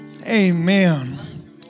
Amen